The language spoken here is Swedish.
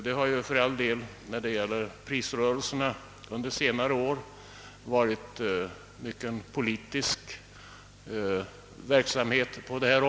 Det har ju för all del varit en rätt livlig politisk verksamhet när det gällt prisrörelserna under senare år.